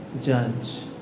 judge